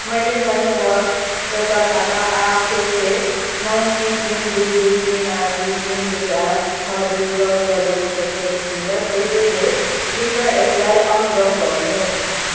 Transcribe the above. मैले संयोगवश एउटा खाता आठ छ छ नौ तिन तिन दुई दुई तिन आठ दुई तिन दुई आठ छ दुई ब्लक गरेको जस्तो देखिन्छ त्यसैले कृपया यसलाई अनब्लक गर्नुहोस्